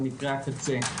על מקרי הקצה.